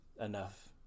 enough